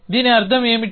దీని అర్థం ఏమిటి